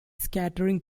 scattering